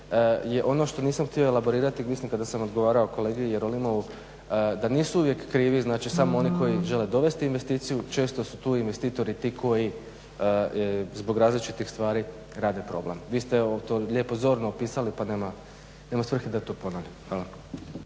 je ono što nisam htio elaborirati mislim kada sam odgovarao kolegi Jerolimovu da nisu uvijek krivi, znači samo oni koji žele dovesti investiciju. Često su tu i investitori ti koji zbog različitih stvari rade problem. Vi ste evo to lijepo zorno opisali pa nema svrhe da to ponavljamo.